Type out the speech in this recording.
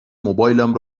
موبایلم